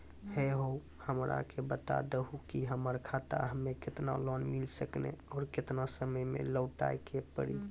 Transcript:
है हो हमरा के बता दहु की हमार खाता हम्मे केतना लोन मिल सकने और केतना समय मैं लौटाए के पड़ी?